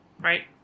right